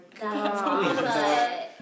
god